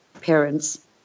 parents